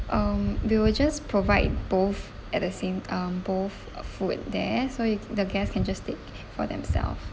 um we will just provide both at the same um both uh food there so you the guest can just take for themselves